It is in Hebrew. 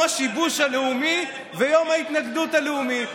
יום השיבוש הלאומי ויום ההתנגדות הלאומי,